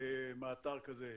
באתר כזה.